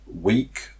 week